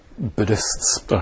Buddhists